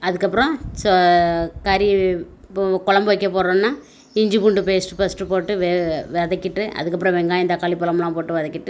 அதுக்கப்புறம் கறி இப்போது கொழம்பு வைக்க போறோம்னா இஞ்சி பூண்டு பேஸ்ட் ஃபஸ்ட்டு போட்டு வெ வதக்கிவிட்டு அதுக்கப்புறம் வெங்காயம் தக்காளி பழமெல்லாம் போட்டு வதக்கிவிட்டு